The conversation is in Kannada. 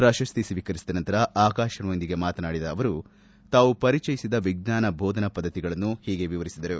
ಪ್ರಶಸ್ತಿ ಸ್ವೀಕರಿಸಿದ ನಂತರ ಆಕಾಶವಾಣಿಯೊಂದಿಗೆ ಮಾತನಾಡಿದ ಅವರು ತಾವು ಪರಿಚಯಿಸಿದ ವಿಜ್ಞಾನ ಬೋಧನ ಪದ್ಧತಿಗಳನ್ನು ವಿವರಿಸಿದರು